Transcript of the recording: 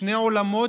שני עולמות,